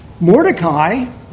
Mordecai